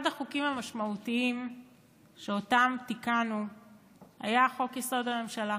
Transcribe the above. אחד החוקים המשמעותיים שאותם תיקנו היה חוק-יסוד: הממשלה.